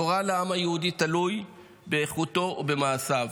גורל העם היהודי תלוי באיכותו ובמעשיו,